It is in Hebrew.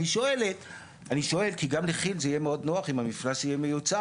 אני שואל כי גם כי גם לכיל זה יהיה מאוד נוח אם המפלס יהיה מיוצב,